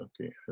Okay